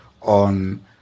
on